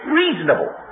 reasonable